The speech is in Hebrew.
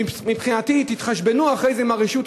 מבחינתי תתחשבנו אחרי זה עם הרשות,